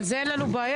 אבל זה אין לנו בעיה.